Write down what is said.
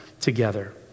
together